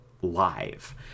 live